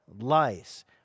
lice